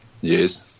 Yes